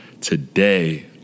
Today